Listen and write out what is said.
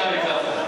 כן.